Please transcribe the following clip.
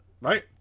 right